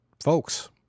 Folks